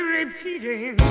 repeating